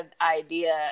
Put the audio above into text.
idea